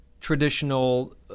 traditional